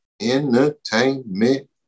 Entertainment